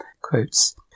Quotes